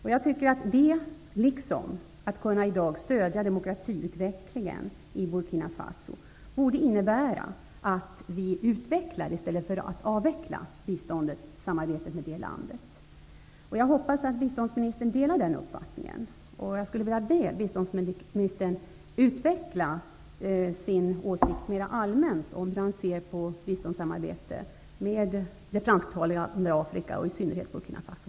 Detta faktum, liksom det faktum att vi i dag kan stödja demokratiutvecklingen i Burkina Faso, borde innebära att vi utvecklar i stället för att avveckla biståndssamarbetet med det landet. Jag hoppas att biståndsministern delar den uppfattningen. Jag skulle vilja be biståndsministern att utveckla sin åsikt mer allmänt om hur han ser på biståndssamarbete med det fransktalande Afrika och i synnerhet med Burkina Faso.